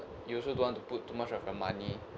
you also don't want to put too much of your money